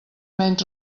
menys